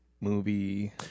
movie